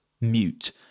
mute